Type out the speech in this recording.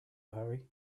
hurry